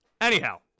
anyhow